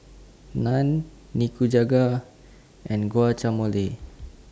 Naan Nikujaga and